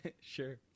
Sure